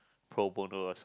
pro bono